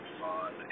fun